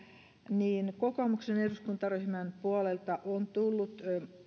niin kokoomuksen eduskuntaryhmän puolelta on tullut